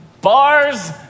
bars